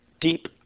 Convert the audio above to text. deep